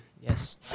Yes